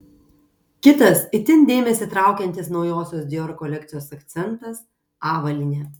kitas itin dėmesį traukiantis naujosios dior kolekcijos akcentas avalynė